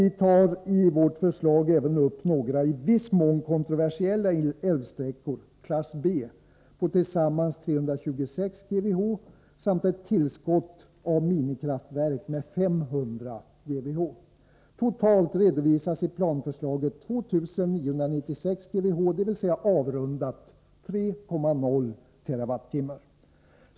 Vpk tar i sitt förslag upp även några i viss mån kontroversiella älvsträckor, klass B, på tillsammans 326 GWh samt ett tillskott av minikraftverk med 500 GWh. Totalt redovisas i planförslaget 2 996 GWh, dvs. avrundat 3,0 TWh.